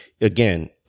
again